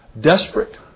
Desperate